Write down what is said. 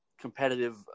competitive